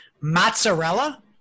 mozzarella